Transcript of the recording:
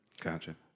Gotcha